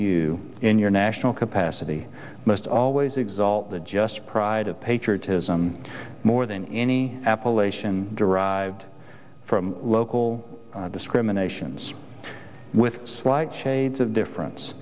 you in your national capacity most always exult the just pride of patriotism more than any appellation derived from local discriminations with slight shades of difference